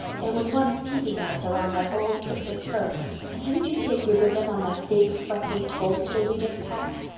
there was one peeping at us around that old twisted fir and didn't you see a group of them on that big freckly toadstool we just passed?